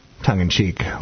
tongue-in-cheek